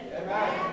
Amen